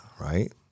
right